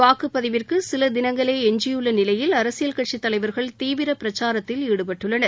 வாக்குப் பதிவிற்கு சில தினங்களே எஞ்சியுள்ள நிலையில் அரசியல்கட்சி தலைவர்கள் தீவிர பிரச்சாரத்தில் ஈடுபட்டுள்ளனர்